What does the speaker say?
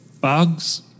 bugs